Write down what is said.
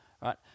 right